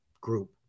group